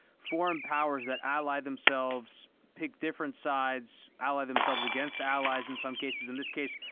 foreign powers that ally themselves pick different sides, ally themselves against allies in some cases, in this case,